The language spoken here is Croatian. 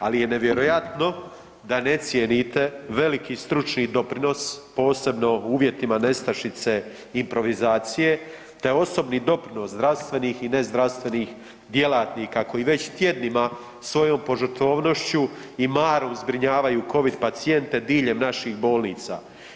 Ali je nevjerojatno da ne cijenite veliki stručni doprinos posebno u uvjetima nestašice improvizacije, te osobni doprinos zdravstvenih i nezdravstvenih djelatnika koji već tjednima svojom požrtvovnošću i marom zbrinjavaju covid pacijente diljem naših bolnica.